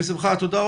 תודה אורנה, בשמחה.